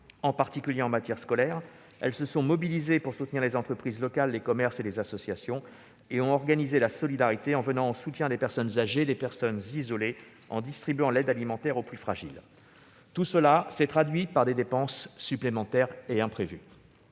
en particulier en matière scolaire. Elles se sont mobilisées pour soutenir les entreprises locales, les commerces et les associations. Elles ont organisé la solidarité, en venant en soutien des personnes âgées et isolées et en distribuant l'aide alimentaire aux plus fragiles. Tout cela s'est traduit par des dépenses supplémentaires imprévues.